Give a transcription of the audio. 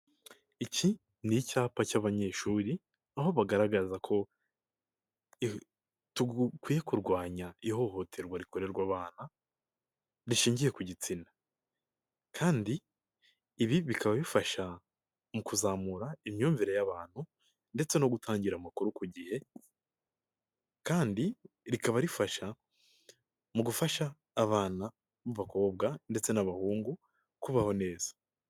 Iki ni icyapa cy'abanyeshuri, aho bagaragaza ko dukwiye kurwanya ihohoterwa rikorerwa abana rishingiye ku gitsina. Kandi ibi bikaba bifasha mu kuzamura imyumvire y'abantu ndetse no gutangira amakuru ku gihe, kandi rikaba rifasha mu gufasha abana b'abakobwa ndetse n'abahungu kubaho neza.